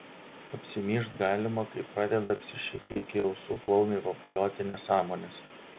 apsimyžt galima kai pradeda apsišikę iki ausų klounai vapalioti nesąmones